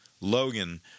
Logan